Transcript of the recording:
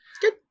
good